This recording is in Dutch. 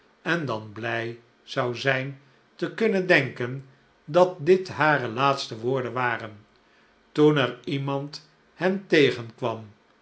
en dan blij zou zijn te kunnen denken dat dit hare laatste woorden waren toen er iemand hen tegenkwam